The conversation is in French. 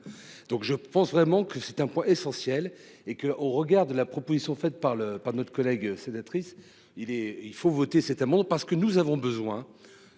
Donc je pense vraiment que c'est un point essentiel et que, au regard de la proposition faite par le, par notre collègue sénatrice il est il faut voter cet amendement parce que nous avons besoin